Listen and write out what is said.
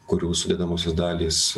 kurių sudedamosios dalys